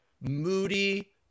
moody